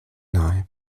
nahe